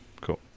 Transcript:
Cool